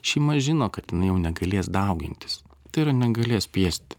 šeima žino kad jau negalės daugintis tai yra negalės spiesti